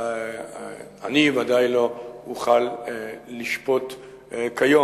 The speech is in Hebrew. אני ודאי לא אוכל לשפוט כיום.